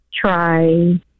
try